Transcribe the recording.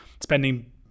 spending